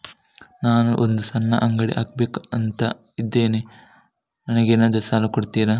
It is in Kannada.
ನಾನು ಒಂದು ಸಣ್ಣ ಅಂಗಡಿ ಹಾಕಬೇಕುಂತ ಇದ್ದೇನೆ ನಂಗೇನಾದ್ರು ಸಾಲ ಕೊಡ್ತೀರಾ?